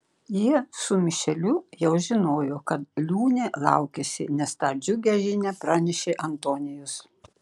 jie su mišeliu jau žinojo kad liūnė laukiasi nes tą džiugią žinią pranešė antonijus